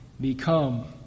become